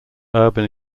urban